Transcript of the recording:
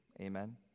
Amen